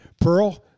Pearl